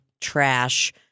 trash